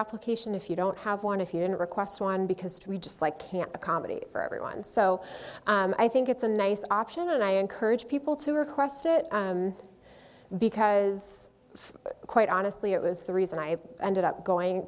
application if you don't have one if you don't request one because we just like can't accommodate for everyone so i think it's a nice option and i encourage people to request it because quite honestly it was the reason i ended up going